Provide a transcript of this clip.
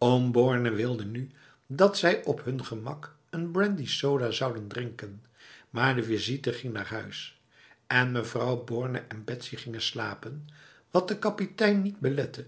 oom borne wilde nu dat zij op hun gemak n brandy soda zouden drinken maar de visite ging naar huis en mevrouw borne en betsy gingen slapen wat de kapitein niet belette